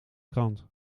krant